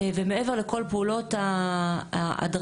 ומעבר לכל פעולות ההדרכה,